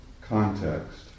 context